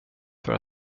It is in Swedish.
för